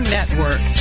Network